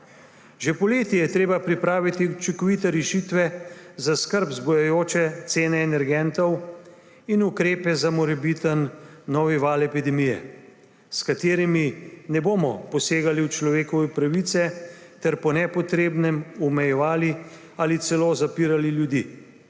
Že poleti je treba pripraviti učinkovite rešitve za skrb vzbujajoče cene energentov in ukrepe za morebiten nov val epidemije, s katerimi ne bomo posegali v človekove pravice ter po nepotrebnem omejevali ali celo zapirali ljudi.